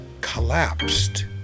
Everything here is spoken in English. collapsed